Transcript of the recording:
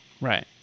Right